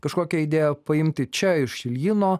kažkokią idėją paimti čia iš iljino